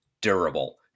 durable